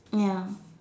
ya